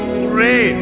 pray